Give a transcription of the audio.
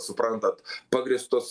suprantat pagrįstos